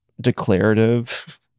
declarative